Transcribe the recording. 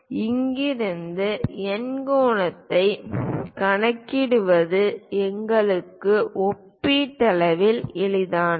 அங்கிருந்து எண்கோணத்தைக் கணக்கிடுவது எங்களுக்கு ஒப்பீட்டளவில் எளிதானது